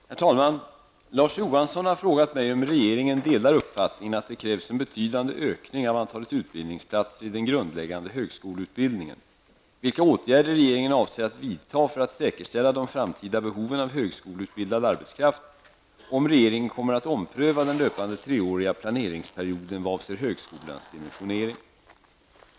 Herr talman! Larz Johansson har frågat mig om regeringen delar uppfattningen att det krävs en betydande ökning av antalet utbildningsplatser i den grundläggande högskoleutbildningen, vilka åtgärder regeringen avser att vidta för att säkerställa de framtida behoven av högskoleutbildad arbetskraft och om regeringen kommer att ompröva den löpande treåriga planeringsperioden vad avser högskolans dimensionering.